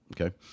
Okay